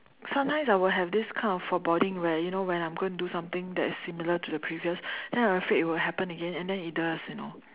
sometimes I will have this kind of foreboding where you know when I'm gonna do something that is similar to the previous then I'm afraid it will happen and then it does you know